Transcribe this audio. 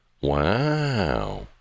Wow